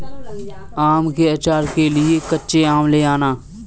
आम के आचार के लिए कच्चे आम ले आना